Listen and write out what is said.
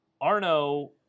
Arno